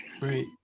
Right